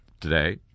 today